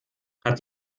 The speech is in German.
hat